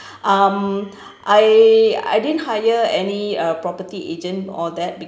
um I I didn't hire any uh property agent all that